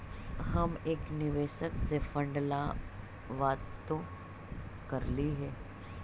हम एक निवेशक से फंड ला बात तो करली हे